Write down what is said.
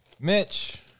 Mitch